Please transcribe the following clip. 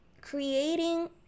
creating